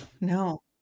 No